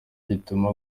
bituma